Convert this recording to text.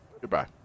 Goodbye